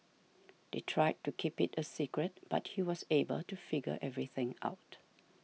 they tried to keep it a secret but he was able to figure everything out